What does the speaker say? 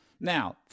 Now